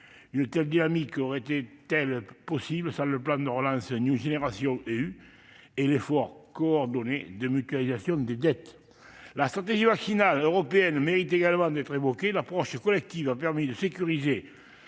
une telle dynamique aurait-elle été possible sans le plan de relance et l'effort coordonné de mutualisation des dettes ? La stratégie vaccinale européenne mérite également d'être évoquée. L'approche collective a permis de sécuriser